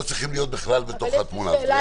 לא צריכים להיות בכלל בתמונה הזאת.